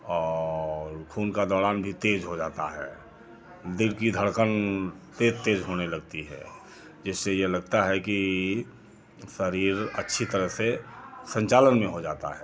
और खून का दौड़ान भी तेज हो जाता है दिल की धड़कन तेज तेज होने लगती है जिससे ये लगता है कि शरीर अच्छी तरह से संचालन में हो जाता है